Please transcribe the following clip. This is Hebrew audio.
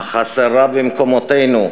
החסרה במקומותינו,